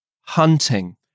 hunting